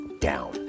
down